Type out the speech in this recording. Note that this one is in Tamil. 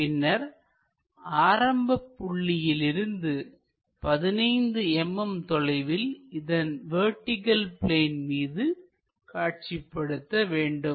பின்னர் ஆரம்பப் புள்ளியிலிருந்து 15 mm தொலைவில் இதனை வெர்டிகள் பிளேன் மீது காட்சிப்படுத்த வேண்டும்